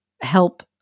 help